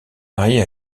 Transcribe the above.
marié